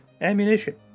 ammunition